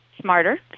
smarter